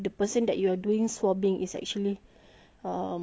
um having that symptom of COVID nineteen